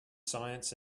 science